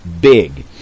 big